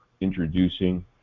introducing